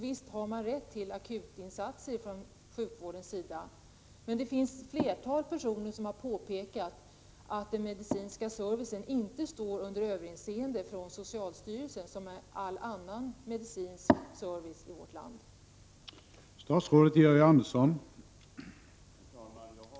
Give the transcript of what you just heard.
Visst har man rätt till akutinsatser från sjukvårdens sida, men flera personer har påpekat att landstingens barnhälsovård saknar insyn och kontroll i den medicinska vård som bedrivs på flyktinglägren i invandrarverkets regi.